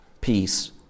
peace